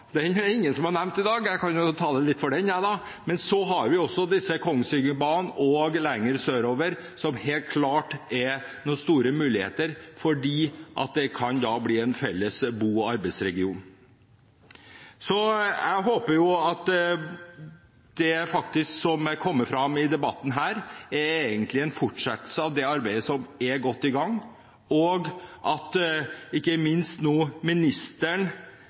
Den er det ingen som har nevnt i dag, så jeg kan jo tale litt for den, da. Så har vi også Kongsvingerbanen og lenger sørover, der det helt klart er noen store muligheter fordi det kan bli en felles bo- og arbeidsregion. Jeg håper at det som har kommet fram i debatten her, er en fortsettelse av det arbeidet som er godt i gang. Ikke minst